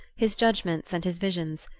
his judgments and his visions.